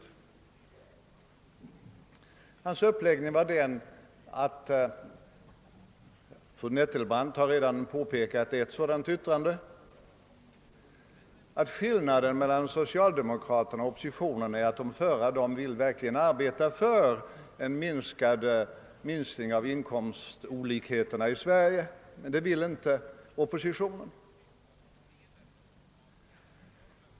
Statsministerns uppläggning var den — fru Nettelbrandt har redan pekat på ett sådant yttrande — att skillnaden mellan socialdemokraterna och oppositionen är att de förra verkligen vill arbeta för en minskning av inkomstolikheterna i Sverige, medan oppositionen inte vill göra detta.